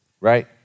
right